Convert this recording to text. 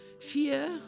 fear